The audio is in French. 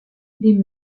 les